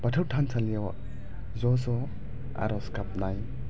बाथौ थानसालियाव ज' ज' आरज गाबनाय